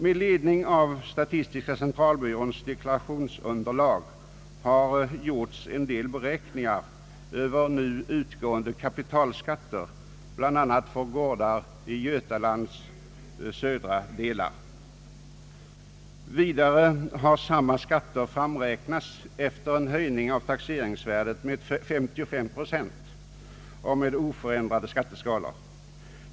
Med ledning av statistiska centralbyråns deklarationsunderlag har gjorts en del beräkningar över nu utgående kapitalskatter, bl.a. på gårdar i Götalands södra delar. Vidare har samma skatter framräknats efter en höjning av taxeringsvärdet med 55 procent och med oförändrade skatteskalor.